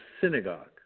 synagogue